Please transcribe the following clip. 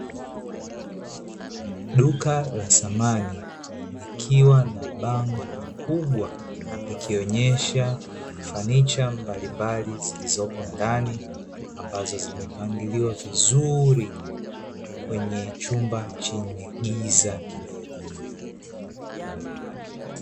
Duka la samani likiwa na bango kubwa likionesha fanicha mbalimbali zilizopo ndani ambazo zimepangiliwa vizuri kwenye chumba chenye giza kidogo